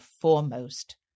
foremost